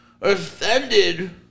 offended